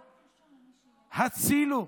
הצילו,